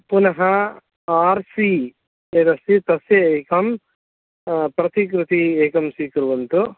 पुनः R C यदस्ति तस्य एकं प्रतिकृतिः एकं स्वीकुर्वन्तु